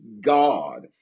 God